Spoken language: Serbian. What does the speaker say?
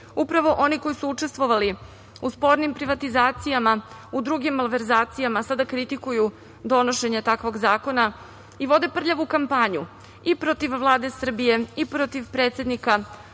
Upravo oni koji su učestvovali u spornim privatizacijama, u drugim malverzacijama sada kritikuju donošenje takvog zakona i vode prljavu kampanju i protiv Vlade Srbije i protiv predsednika